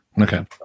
Okay